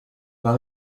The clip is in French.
par